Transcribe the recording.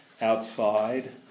outside